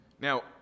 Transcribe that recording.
Now